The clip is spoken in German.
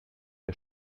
der